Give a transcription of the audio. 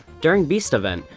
during beast event,